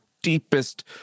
deepest